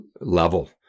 level